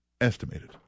estimated